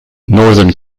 northern